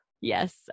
yes